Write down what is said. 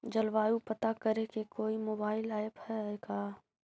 जलवायु पता करे के कोइ मोबाईल ऐप है का?